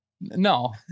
No